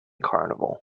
carnival